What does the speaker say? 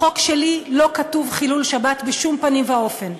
בחוק שלי לא כתוב חילול שבת בשום פנים אופן.